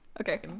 Okay